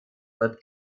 that